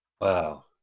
Wow